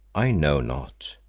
i know not.